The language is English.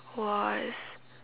was